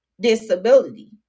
disability